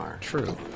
True